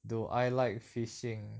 do I like fishing